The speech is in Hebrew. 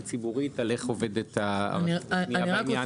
ציבורית על איך עובדת הרשות השנייה בעניין הזה.